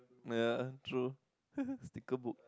ya true sticker book